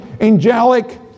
angelic